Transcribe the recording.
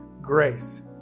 grace